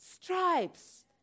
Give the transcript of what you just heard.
stripes